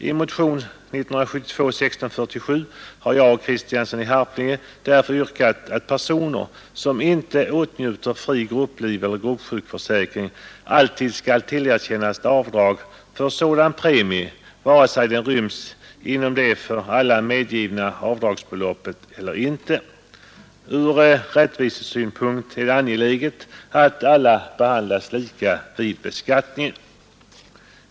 I motionen 1647 har jag och herr Kristiansson i Harplinge därför yrkat att personer som inte åtnjuter fri gruppliveller gruppsjukförsäkring alltid skall tillerkännas avdrag för sådan premie, vare sig den ryms inom det för alla medgivna avdragsbeloppet eller inte. Ur rättvisesynpunkt är det angeläget att alla behandlas lika vid beskattningen.